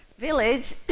village